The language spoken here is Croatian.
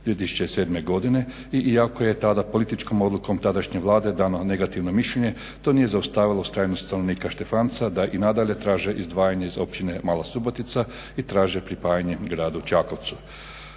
2007. godine i iako je tada političkom odlukom tadašnje Vlade dano negativno mišljenje to nije zaustavilo ustrajnost stanovnika Štefanca da i nadalje traže izdvajanje iz općine Mala Subotica i traže pripajanje gradu Čakovcu.